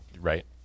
right